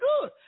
good